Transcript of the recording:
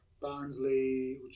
Barnsley